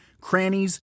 crannies